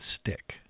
stick